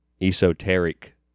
esoteric